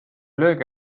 löögi